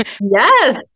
Yes